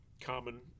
common